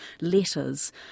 letters